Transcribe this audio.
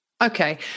Okay